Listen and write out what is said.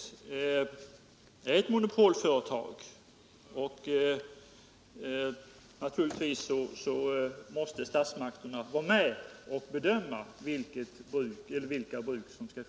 Är jordbruksministern beredd medverka till att racertävlingar med båt i från miljösynpunkt känsliga skärgårdsområden förläggs till tidpunkter då minimal skada åstadkommes på djurlivet?